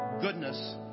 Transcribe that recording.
Goodness